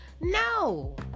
No